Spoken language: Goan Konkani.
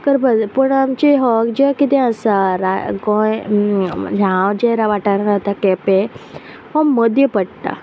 करपा जाय पूण आमचे हो कितें आसा गोंय हांव जे रा वाठारान रावता केपें हो मदी पडटा